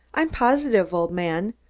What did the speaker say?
i'm positive, old man.